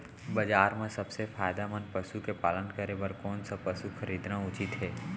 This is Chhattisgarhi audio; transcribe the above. बजार म सबसे फायदामंद पसु के पालन करे बर कोन स पसु खरीदना उचित हे?